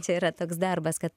čia yra toks darbas kad